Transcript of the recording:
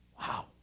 Wow